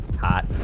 Hot